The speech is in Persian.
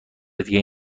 دیگه